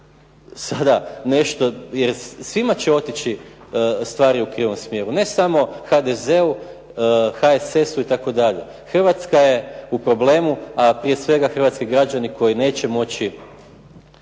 sada nešto, jer svima će otići stvari u krivom smjeru ne samo HDZ-u, HSS-u itd. Hrvatska je u problemu, a prije svega hrvatski građani koji neće moći